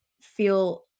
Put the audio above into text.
feel